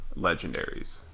legendaries